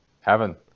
Heaven